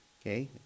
okay